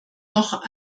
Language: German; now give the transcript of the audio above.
noch